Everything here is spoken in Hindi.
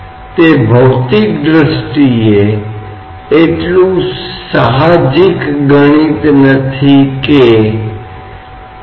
तो यह ऐसा है कि क्षेत्र गुना तो क्षेत्र दोनों तरफ से रद्द हो जाता है